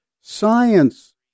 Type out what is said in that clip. science